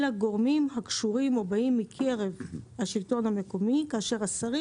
אלא גורמים הקשורים או באים מקרב השלטון המקומי כאשר השרים